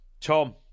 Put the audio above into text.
Tom